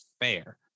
fair